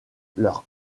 leur